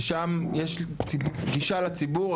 ששם יש גישה לציבור.